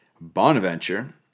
Bonaventure